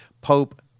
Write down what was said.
Pope